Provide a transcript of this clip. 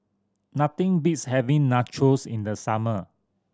nothing beats having Nachos in the summer